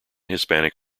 hispanic